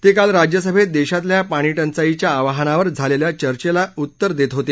ते काल राज्यसभैत देशातल्या पाणीटंचाईच्या आवाहनावर झालेल्या चर्चेला उत्तर देत होते